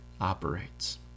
operates